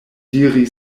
diri